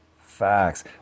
Facts